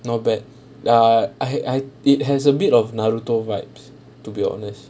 not bad err I I it has a bit of naruto vibes to be honest